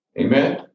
Amen